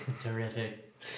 Terrific